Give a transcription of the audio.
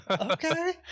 okay